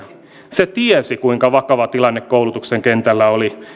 se tiesi kuinka vakava tilanne koulutuksen kentällä oli